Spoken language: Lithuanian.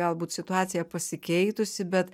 galbūt situacija pasikeitusi bet